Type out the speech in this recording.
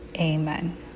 Amen